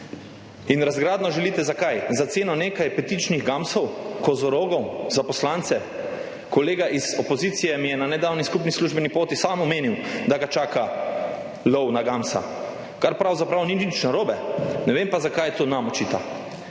In razgradnjo želite. Zakaj? Za ceno nekaj petičnih gamsov, kozorogov za poslance. Kolega iz opozicije mi je na nedavni skupni službeni poti sam omenil, da ga čaka lov na gamsa, kar pravzaprav ni nič narobe, ne vem pa zakaj to nam očita.